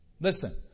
Listen